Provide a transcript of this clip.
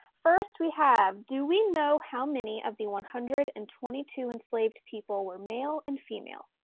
first we have, do we know how many of the one hundred and twenty two enslaved people were male and female?